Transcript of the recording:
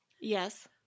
Yes